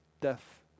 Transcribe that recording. Death